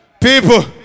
People